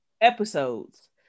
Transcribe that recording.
episodes